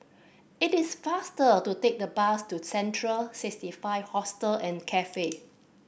it is faster to take the bus to Central Sixty Five Hostel and Cafe